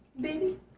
Baby